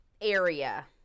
area